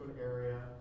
area